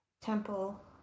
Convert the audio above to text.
temple